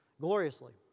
gloriously